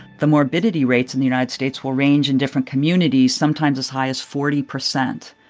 the morbidity rates in the united states will range in different communities, sometimes as high as forty percent.